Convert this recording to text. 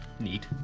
Neat